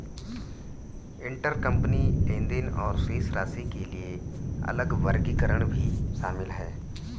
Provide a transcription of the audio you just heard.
intercompany लेनदेन और शेष राशि के लिए अलग वर्गीकरण भी शामिल हैं